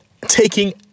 taking